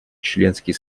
членский